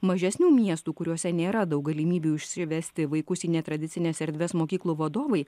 mažesnių miestų kuriuose nėra daug galimybių išsivesti vaikus į netradicines erdves mokyklų vadovai